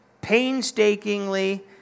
painstakingly